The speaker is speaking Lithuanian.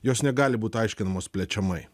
jos negali būt aiškinamos plečiamai